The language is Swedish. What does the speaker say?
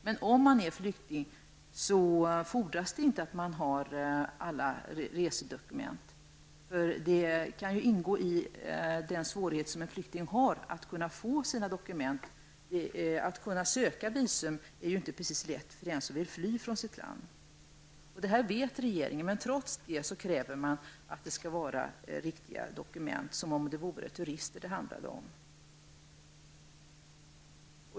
Men det fordras inte att man har alla resedokument om man är flykting. Det kan ju ingå i den svårighet som en flykting har, att få dokument. Att söka visum är ju inte precis lätt för den som vill fly från sitt land. Det vet regeringen. Trots det kräver man att de asylsökande skall ha riktiga dokument, som om det handlade om turister.